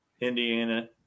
indiana